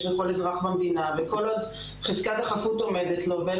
לכל אזרח במדינה וכל עוד חזקת החפות עומדת לו ואין